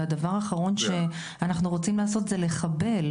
הדבר האחרון שאנחנו רוצים לעשות זה לחבל.